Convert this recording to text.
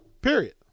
Period